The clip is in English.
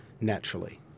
naturally